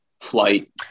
flight